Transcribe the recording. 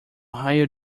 higher